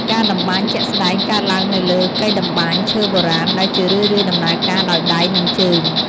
ការតម្បាញជាក់ស្តែងកើតឡើងនៅលើ កីតម្បាញឈើបុរាណ ដែលជារឿយៗដំណើរការដោយដៃ និងជើង។